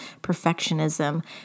perfectionism